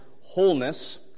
wholeness